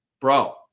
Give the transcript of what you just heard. Bro